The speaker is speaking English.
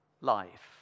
life